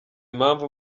impamvu